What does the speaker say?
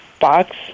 box